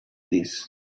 this